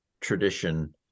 tradition